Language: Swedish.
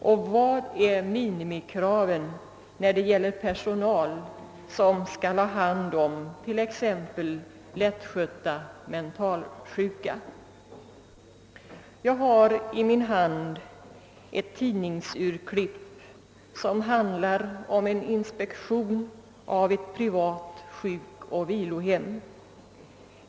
Och vad är minimikraven för personal som skall ha hand om exempelvis lättskötta mentalsjuka? Jag har i min hand ett tidningsurklipp som handlar om en inspektion av ett privat sjukoch vilohem.